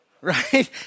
Right